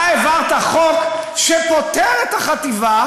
אתה העברת חוק שפוטר את החטיבה